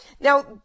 Now